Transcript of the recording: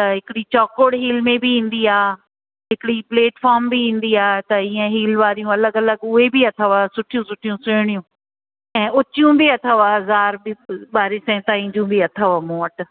त हिकिड़ी चौकोड़ हील में बि ईंदी आहे हिकिड़ी प्लेटफॉम बि ईंदी आहे त हीअं हील वारियूं अलॻि अलॻि उहे बि अथव सुठियूं सुठियूं सुहिड़ियूं ऐं उचियूं बि अथव हज़ार बि फुल ॿारे सै ताईं जूं अथव मूं वटि